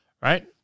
Right